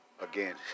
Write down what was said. again